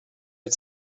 had